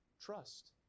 trust